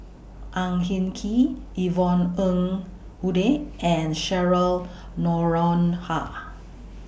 Ang Hin Kee Yvonne Ng Uhde and Cheryl Noronha